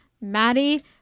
maddie